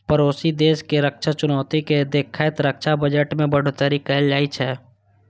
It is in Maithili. पड़ोसी देशक रक्षा चुनौती कें देखैत रक्षा बजट मे बढ़ोतरी कैल जाइ छै